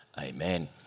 Amen